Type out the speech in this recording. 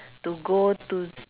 to go to s~